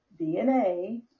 DNA